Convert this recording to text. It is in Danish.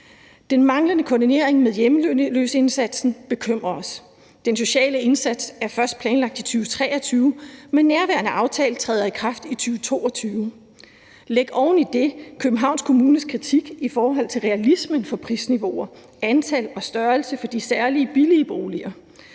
Den manglende koordinering med hjemløseindsatsen bekymrer os. Den sociale indsats er først planlagt til 2023, men nærværende aftale træder i kraft i 2022. Læg oven i det Københavns Kommunes kritik i forhold til realismen for prisniveauer for, antal af og størrelse på de særlig billige boliger.